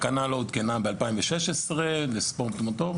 למה המדינה לא מכבדת אותנו?